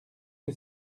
que